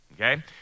Okay